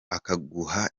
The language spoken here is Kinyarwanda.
akaguha